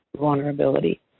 vulnerability